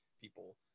people